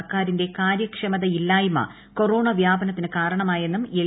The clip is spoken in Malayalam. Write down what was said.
സർക്കാരിന്റെ കാര്യക്ഷമതയില്ലായ്മ കൊറോണ വ്യാപനത്തിന് കാരണമായെന്നും എൽ